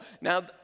Now